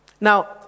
Now